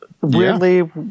weirdly